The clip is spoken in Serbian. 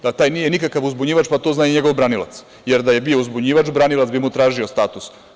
Da taj nije nikakav uzbunjivač pa to zna i njegov branilac, jer da je bio uzbunjivač, branilac bi mu tražio status.